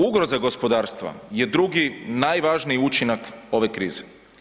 Ugroza gospodarstva je drugi najvažniji učinak ove krize.